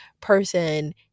person